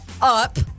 up